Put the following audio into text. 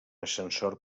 ascensor